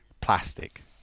plastic